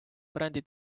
brändi